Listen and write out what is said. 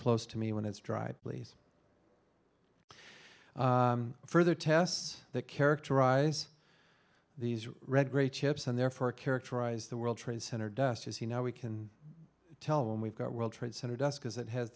close to me when it's dry please further tests that characterize these red great chips and therefore characterize the world trade center dust as you know we can tell them we've got world trade center dust because it has